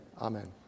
amen